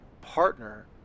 partner